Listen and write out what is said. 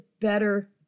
better